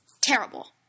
Terrible